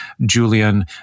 Julian